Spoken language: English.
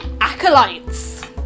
acolytes